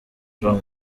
com